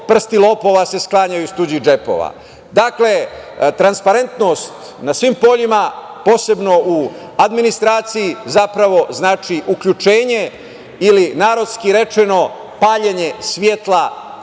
prsti lopova se sklanjaju iz tuđih džepova. Dakle, transparentnost na svim poljima posebno u administraciji, zapravo znači uključenje ili narodski rečeno, paljenje svetla